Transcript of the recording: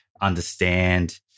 understand